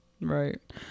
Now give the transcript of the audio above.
Right